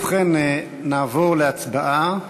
ובכן, נעבור להצבעה.